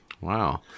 Wow